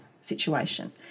situation